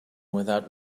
without